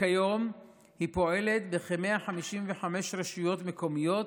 וכיום היא פועלת בכ-155 רשויות מקומיות,